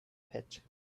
pit